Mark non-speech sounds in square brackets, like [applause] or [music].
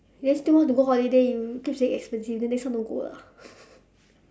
then still want to go holiday you keep saying expensive then next time don't go lah [laughs]